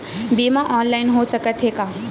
बीमा ऑनलाइन हो सकत हे का?